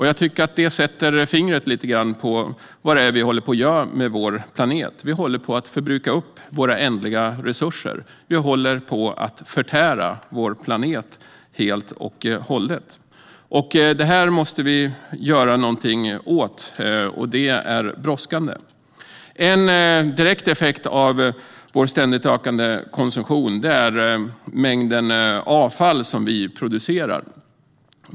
Jag tycker att det sätter fingret på vad det är vi håller på att göra med vår planet: Vi håller på att förbruka upp våra ändliga resurser, och vi håller på att förtära vår planet helt och hållet. Det här måste vi göra någonting åt, och det är brådskande. En direkt effekt av vår ständigt ökande konsumtion är mängden avfall som vi producerar.